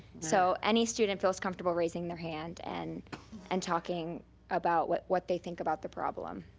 so any student feels comfortable raising their hand and and talking about what what they think about the problem.